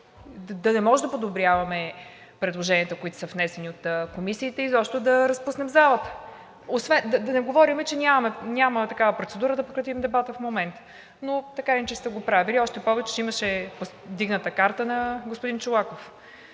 да не можем да подобряваме предложенията, които са внесени от комисиите, и изобщо да разпуснем залата. Да не говорим, че няма такава процедура – да прекратим дебата в момента, но така или иначе сте го правили, още повече че имаше вдигната карта на господин Чолаков.